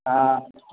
हां